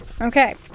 Okay